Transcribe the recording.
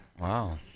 wow